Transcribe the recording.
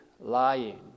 lying